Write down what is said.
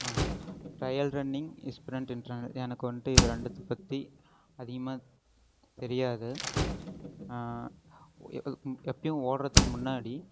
trial running sprint interval எனக்கு வந்துட்டு இது ரெண்டுத்தை பற்றி அதிகமாக தெரியாது எப்போயும் ஓடுறதுக்கு முன்னாடி